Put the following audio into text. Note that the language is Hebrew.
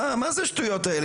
מה זה השטויות האלה?